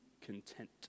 content